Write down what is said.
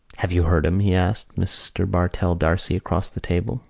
have you heard him? he asked mr. bartell d'arcy across the table.